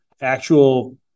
actual